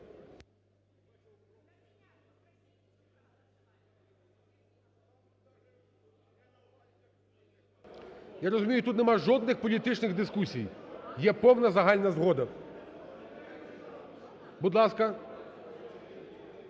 Я розумію, тут нема жодних політичних дискусій, є повна загальна згода. Будь ласка,